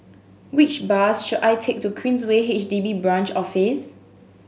which bus should I take to Queensway H D B Branch Office